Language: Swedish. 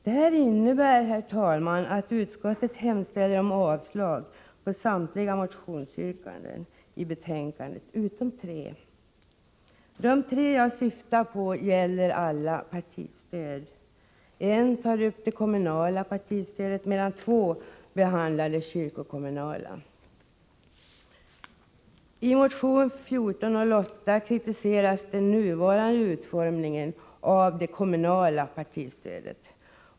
Det här innebär att utskottet hemställer om avslag på samtliga motionsyrkanden i betänkandet utom tre. De tre jag syftar på gäller alla partistöd — ett tar upp det kommunala partistödet, medan två behandlar det kyrkokommunala. I motion 1408 kritiseras den nuvarande utformningen av det kommunala partistödet.